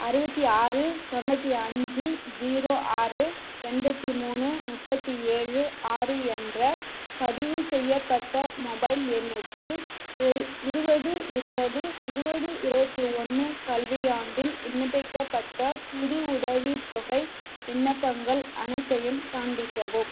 அறுபத்தி ஆறு தொண்ணூற்றி அஞ்சு ஜீரோ ஆறு எண்பத்தி மூணு முப்பத்தி ஏழு ஆறு என்ற பதிவுசெய்யப்பட்ட மொபைல் எண்ணுக்கு இருபது இருபது இருபது இருபத்தி ஒன்று கல்வியாண்டில் விண்ணப்பிக்கப்பட்ட புது உதவித்தொகை விண்ணப்பங்கள் அனைத்தையும் காண்பிக்கவும்